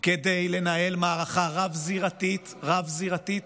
כדי לנהל מערכה רב-זירתית, נכון.